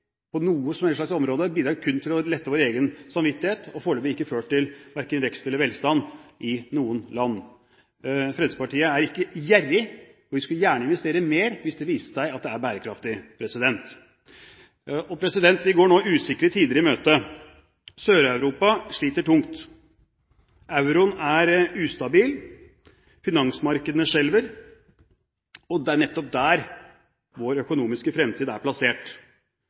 på noe som helst område bidrar – kun til å lette vår egen samvittighet – har foreløpig ikke ført til verken vekst eller velstand i noe land. Fremskrittspartiet er ikke gjerrig, og vi skulle gjerne investert mer hvis det viste seg å være bærekraftig. Vi går nå usikre tider i møte. Sør-Europa sliter tungt. Euroen er ustabil. Finansmarkedene skjelver. Det er nettopp der vår økonomiske fremtid er plassert.